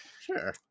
Sure